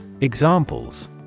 Examples